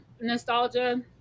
nostalgia